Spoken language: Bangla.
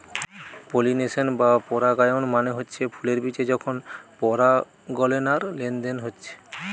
পলিনেশন বা পরাগায়ন মানে হচ্ছে ফুলের বিচে যখন পরাগলেনার লেনদেন হচ্ছে